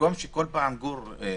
במקום שכל פעם, גור ומיכל,